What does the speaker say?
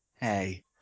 Hey